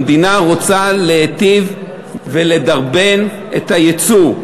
המדינה רוצה להיטיב ולדרבן את היצוא.